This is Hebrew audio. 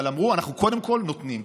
אבל אמרו: אנחנו קודם כול נותנים,